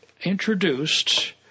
introduced